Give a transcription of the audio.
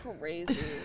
crazy